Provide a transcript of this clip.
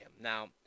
Now